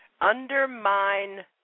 Undermine